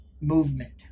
movement